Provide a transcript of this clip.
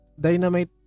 Dynamite